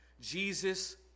Jesus